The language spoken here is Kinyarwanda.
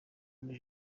muri